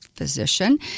physician